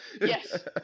yes